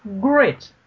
great